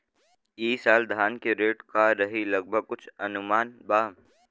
ई साल धान के रेट का रही लगभग कुछ अनुमान बा?